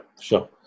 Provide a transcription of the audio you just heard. sure